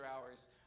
hours